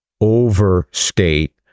overstate